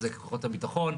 זה כוחות הביטחון.